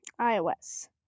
iOS